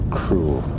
cruel